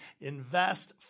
invest